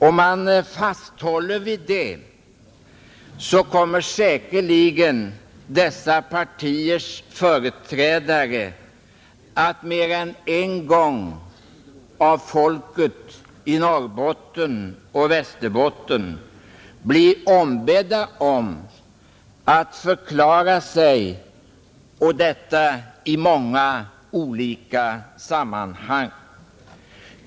Om de fasthåller vid sin inställning, kommer säkerligen dessa partiers företrädare att mer än en gång av folket i Norrbotten och Västerbotten bli ombedda att förklara sig — och detta i många olika sammanhang.